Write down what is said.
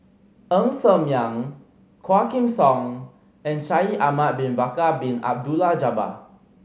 Ng Ser Miang Quah Kim Song and Shaikh Ahmad Bin Bakar Bin Abdullah Jabbar